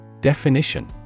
Definition